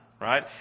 right